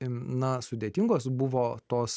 na sudėtingos buvo tos